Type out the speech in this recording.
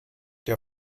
der